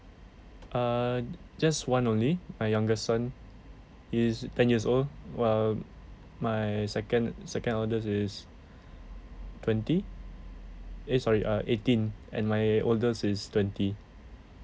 err just one only my youngest son he's ten years old while my second second oldest is twenty eh sorry uh eighteen and my oldest is twenty